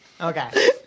Okay